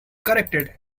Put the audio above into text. corrected